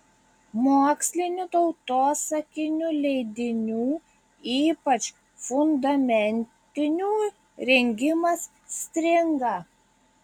mokslinių tautosakinių leidinių ypač fundamentinių rengimas stringa